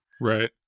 right